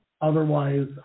Otherwise